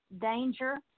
danger